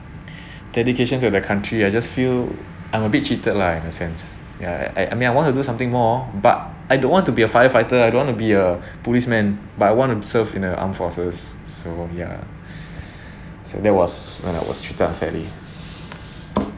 dedication to the country I just feel I'm bit cheated lah in a sense ya I I mean I want to do something more but I don't want to be a firefighter I don't want to be a policeman but I want to serve in the armed forces so ya so that was when it was treated unfairly